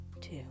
two